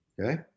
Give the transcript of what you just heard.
Okay